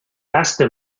asked